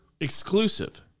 exclusive